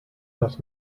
das